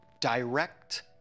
direct